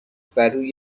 برروی